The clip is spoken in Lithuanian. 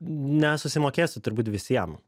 nesusimokėsi turbūt visiem